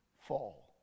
fall